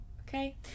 okay